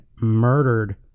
murdered